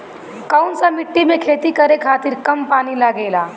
कौन सा मिट्टी में खेती करे खातिर कम पानी लागेला?